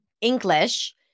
English